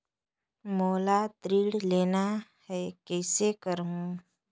मोला ऋण लेना ह, कइसे करहुँ?